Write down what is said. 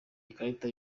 ikarita